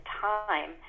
time